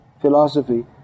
philosophy